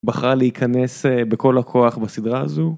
בחרה להיכנס בכל הכוח בסדרה הזו.